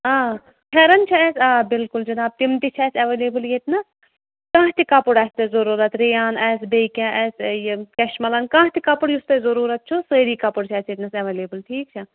آ پھٮ۪ران چھِ اَسہِ آ بالکُل جِناب تِم تہِ چھِ اَسہِ ایویلیبٕل ییٚتہِ نہ کانٛہہ تہِ کَپُر آسہِ تۄہہِ ضروٗرَت رِیان آسہِ بیٚیہِ کینٛہہ آسہِ یہِ کَشمَلان کانٛہہ تہِ کَپُر یُس تۄہہِ ضروٗرَت چھُ سٲری کَپُر چھِ اَسہِ ییٚتہِ نَس ایویلیبٕل ٹھیٖک چھا